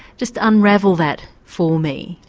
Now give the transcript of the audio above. just unravel that for me.